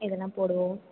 இதெல்லாம் போடுவோம்